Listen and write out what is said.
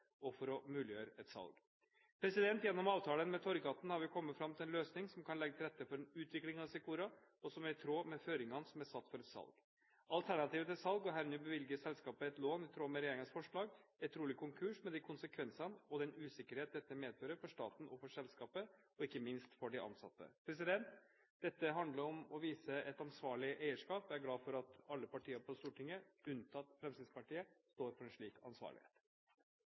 og for å muliggjøre et salg. Gjennom avtalen med Torghatten har vi kommet fram til en løsning som kan legge til rette for en utvikling av Secora, og som er i tråd med føringene som er satt for et salg. Alternativet til salg og herunder bevilgning av et lån i tråd med regjeringens forslag, er trolig konkurs, med de konsekvenser og den usikkerhet dette medfører for staten og for selskapet – og ikke minst for de ansatte. Dette handler om å vise et ansvarlig eierskap. Jeg er glad for at alle partier på Stortinget, unntatt Fremskrittspartiet, står for en slik ansvarlighet.